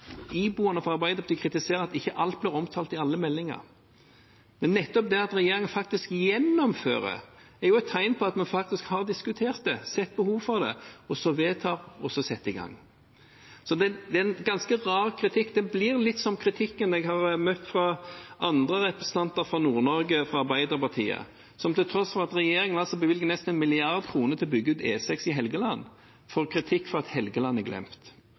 iboende for Arbeiderpartiet å kritisere at ikke alt blir omtalt i alle meldinger. Men nettopp det at regjeringen gjennomfører, er jo et tegn på at vi har diskutert det, sett behov for det og så vedtar å sette i gang. Så det er en ganske rar kritikk. Det blir litt som kritikken jeg har møtt fra andre arbeiderpartirepresentanter fra Nord-Norge. Til tross for at regjeringen altså bevilger nesten 1 mrd. kr til å bygge ut E6 i Helgeland, får den kritikk for at Helgeland er glemt,